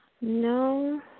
No